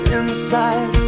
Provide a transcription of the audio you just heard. inside